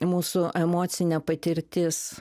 mūsų emocinė patirtis